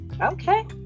Okay